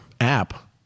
app